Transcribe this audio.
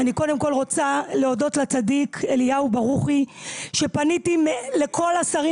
אני קודם כל רוצה להודות לצדיק אליהו ברוכי שפניתי לכל השרים